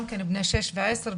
גם כן בני שש ועשר,